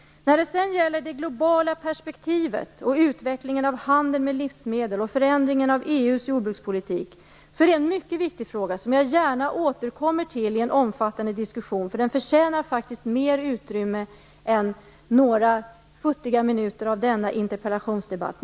Det globala perspektivet, utvecklingen av handeln med livsmedel och förändringen av EU:s jordbrukspolitik är mycket viktiga frågor som jag gärna återkommer till i en omfattande diskussion. De förtjänar faktiskt mer utrymme än några futtiga minuter av denna interpellationsdebatt.